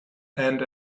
and